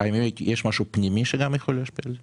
יש משהו פנימי שגם יכול להשפיע על זה?